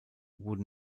wurde